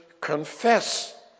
confess